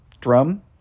drum